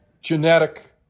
genetic